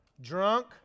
Drunk